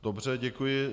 Dobře, děkuji.